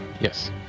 Yes